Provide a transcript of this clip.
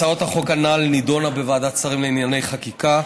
הצעת החוק הנ"ל נדונה בוועדת השרים לענייני חקיקה,